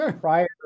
prior